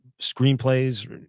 screenplays